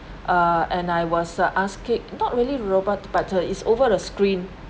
err and I was uh asking not really robot but it's over the screen